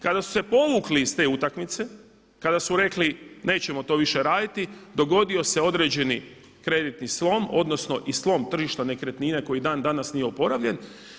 Kada su se povukli iz te utakmice, kada su rekli nećemo to više raditi dogodio se određeni kreditni slom, odnosno i slom tržišta nekretnina koji dan danas nije oporavljen.